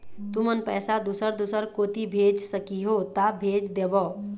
तुमन पैसा दूसर दूसर कोती भेज सखीहो ता भेज देवव?